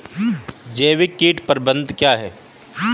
जैविक कीट प्रबंधन क्या है?